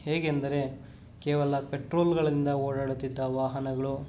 ಹೇಗೆಂದರೆ ಕೇವಲ ಪೆಟ್ರೋಲ್ಗಳಿಂದ ಓಡಾಡುತ್ತಿದ್ದ ವಾಹನಗಳು